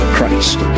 Christ